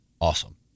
awesome